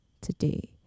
today